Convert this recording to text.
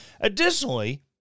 Additionally